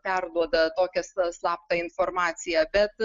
perduoda tokią sla slaptą informaciją bet